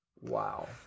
Wow